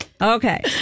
Okay